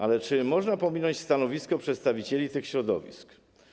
Ale czy można pominąć stanowisko przedstawicieli tych środowisk?